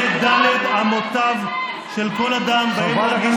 אתה צריך